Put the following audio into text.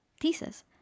thesis